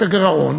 את הגירעון